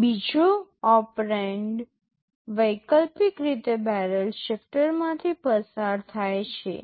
બીજો ઓપરેન્ડ વૈકલ્પિક રીતે બેરલ શિફ્ટરમાંથી પસાર થાય છે